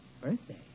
Birthday